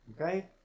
Okay